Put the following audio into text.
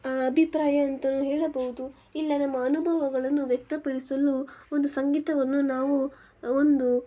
ಅಭಿಪ್ರಾಯ ಅಂತಲೂ ಹೇಳಬಹುದು ಇಲ್ಲ ನಮ್ಮ ಅನುಭವಗಳನ್ನು ವ್ಯಕ್ತಪಡಿಸಲು ಒಂದು ಸಂಗೀತವನ್ನು ನಾವು ಒಂದು